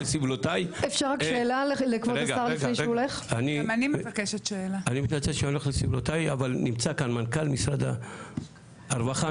לסבלותי אבל נמצא כאן מנכ"ל משרד הרווחה,